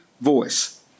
voice